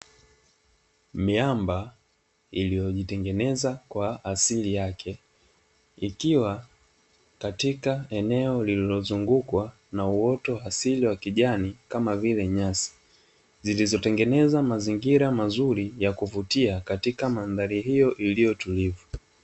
Miamba iliyojitengeneza kwa asili yake ikiwa katika eneo lililozungukwa na uoto wa asili wa kijani, kama vile nyasi zilizotengeneza mazingira mazuri ya kuvutia katika mandhari hiyo iliyo tulivu.